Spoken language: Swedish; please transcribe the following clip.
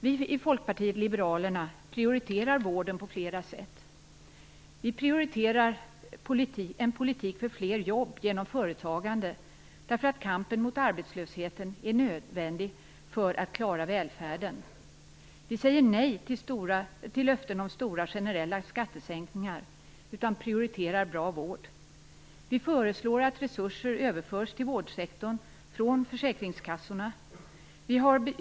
Vi i Folkpartiet liberalerna prioriterar vården på flera sätt. Vi prioriterar en politik för fler jobb genom företagande, därför att kampen mot arbetslösheten är nödvändig för att klara välfärden. Vi säger nej till löften om stora generella skattesänkningar och prioriterar i stället bra vård. Vi föreslår att resurser överförs till vårdsektorn från försäkringskassorna.